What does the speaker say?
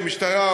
המשטרה,